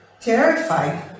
terrified